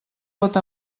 pot